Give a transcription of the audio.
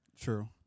True